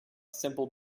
simple